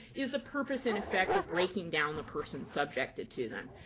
is the purpose, in effect, of breaking down the person subjected to them.